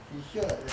he hear like that